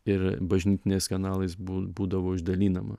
ir bažnytiniais kanalais bū būdavo išdalinama